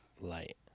light